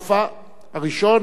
השני,